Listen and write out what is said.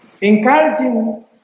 encouraging